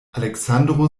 aleksandro